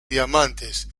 diamantes